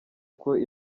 kwe